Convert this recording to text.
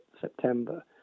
September